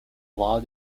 law